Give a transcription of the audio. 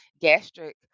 gastric